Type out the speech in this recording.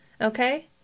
Okay